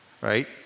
right